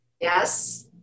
Yes